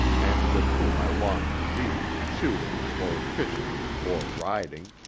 and with whom i longed to be, shooting, or fishing, or riding.